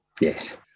Yes